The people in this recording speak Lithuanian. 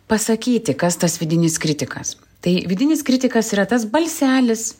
pasakyti kas tas vidinis kritikas tai vidinis kritikas yra tas balselis